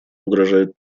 угрожает